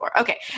Okay